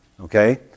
Okay